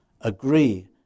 agree